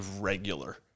regular